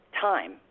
time